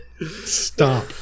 Stop